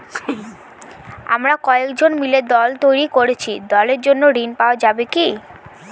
আমরা কয়েকজন মিলে দল তৈরি করেছি দলের জন্য ঋণ পাওয়া যাবে কি?